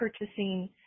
purchasing